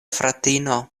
fratino